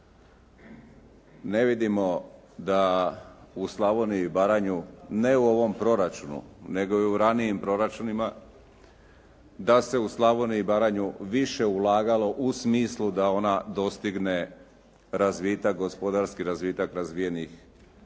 Ne vidimo da u Slavoniju i Baranju, ne u ovom proračunu nego i u ranijim proračunima, da se u Slavoniju i Baranju više ulagalo u smislu da ona dostigne razvitak, gospodarski razvitak razvijenih